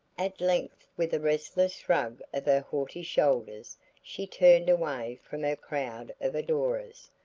at length with a restless shrug of her haughty shoulders she turned away from her crowd of adorers,